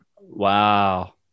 Wow